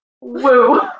Woo